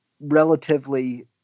relatively